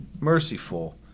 merciful